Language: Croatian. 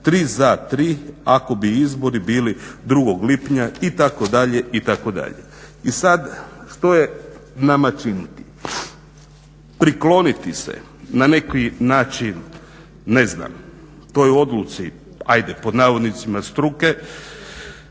za tri ako bi izbori bili 2. lipnja.", itd., itd. I sad što je nama činiti? Prikloniti se na neki način, ne znam toj odluci, ajde "struke"